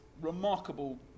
remarkable